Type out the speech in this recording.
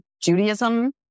Judaism